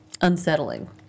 unsettling